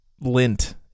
lint